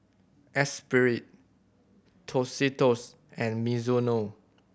Esprit Tostitos and Mizuno